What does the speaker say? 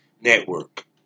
Network